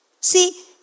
See